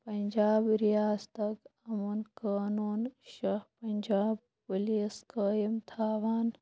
پنٛجاب رِیاستُک امُن قونوٗن شاہ پنٛجاب پُلیٖس قٲیم تھاوان